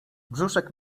brzuszek